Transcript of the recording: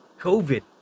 COVID